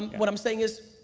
what i'm saying is,